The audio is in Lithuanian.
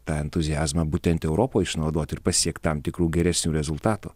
tą entuziazmą būtent europoj išnaudot ir pasiekt tam tikrų geresnių rezultatų